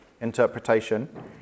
interpretation